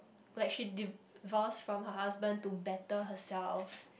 like she divorce from her husband to better herself